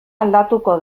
aldatuko